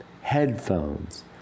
headphones